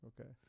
Okay